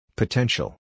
Potential